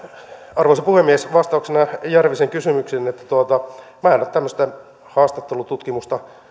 arvoisa puhemies vastauksena järvisen kysymykseen minä en ole tämmöistä haastattelututkimusta